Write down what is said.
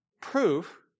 proof